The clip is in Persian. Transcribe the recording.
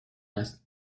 است